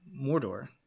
Mordor